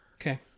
Okay